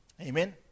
Amen